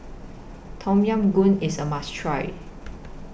Tom Yam Goong IS A must Try